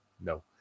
No